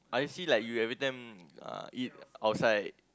I see like you every time uh eat outside